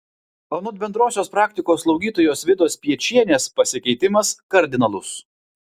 anot bendrosios praktikos slaugytojos vidos spiečienės pasikeitimas kardinalus